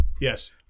Yes